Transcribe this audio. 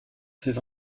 ses